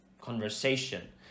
conversation